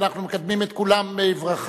ואנחנו מקדמים את כולם בברכה.